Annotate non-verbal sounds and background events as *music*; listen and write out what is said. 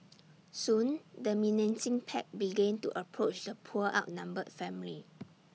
*noise* soon the menacing pack began to approach the poor outnumbered family